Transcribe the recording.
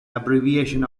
abbreviation